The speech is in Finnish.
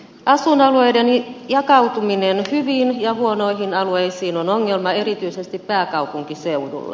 asuinalueiden jakautuminen hyviin ja huonoihin alueisiin on ongelma erityisesti pääkaupunkiseudulla